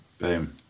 Boom